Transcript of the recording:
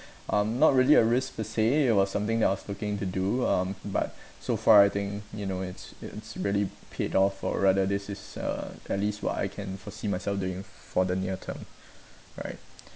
um not really a risk per se it was something that I was looking to do um but so far I think you know it's it's really paid off or rather this is uh at least what I can foresee myself doing for the near term right